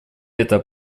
это